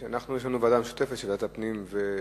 יש לנו ועדה משותפת של ועדת הפנים והבריאות.